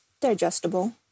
digestible